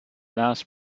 last